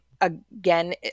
again